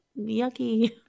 Yucky